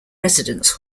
residence